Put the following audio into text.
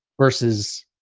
versus,